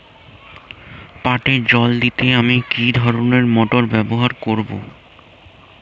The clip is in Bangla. পাটে জল দিতে আমি কি ধরনের মোটর ব্যবহার করব?